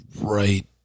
right